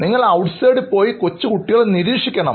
നിങ്ങൾ ഔട്ട് സൈഡിൽ പോയി കൊച്ചുകുട്ടികളെ നിരീക്ഷിക്കണം